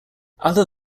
other